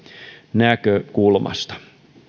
näkökulmasta